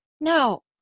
No